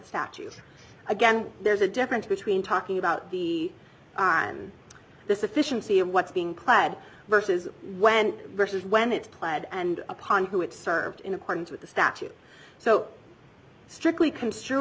statute again there's a difference between talking about the the sufficiency of what's being clad versus when versus when it's played and upon who it served in accordance with the statute so strictly constru